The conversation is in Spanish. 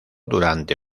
durante